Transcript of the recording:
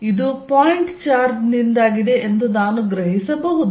ಆದ್ದರಿಂದ ಇದು point charge ನಿಂದಾಗಿದೆ ಎಂದು ನಾನು ಗ್ರಹಿಸಬಹುದು